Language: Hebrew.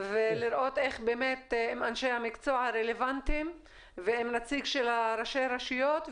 לראות עם אנשי המקצוע הרלוונטיים ועם נציג של ראשי הרשויות.